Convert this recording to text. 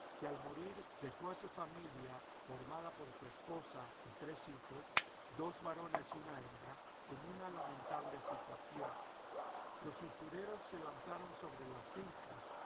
que al morir dejó a su familia formada por su esposa y tres hijos dos varones y una hembra en una lamentable situación los usureros se lanzaron sobre las fincas